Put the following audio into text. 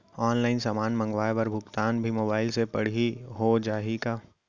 Online समान मंगवाय बर भुगतान भी मोबाइल से पड़ही हो जाही का?